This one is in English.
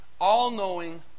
All-knowing